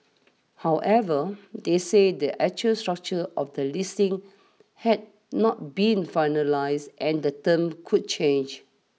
however they said the actual structure of the listing had not been finalised and the terms could change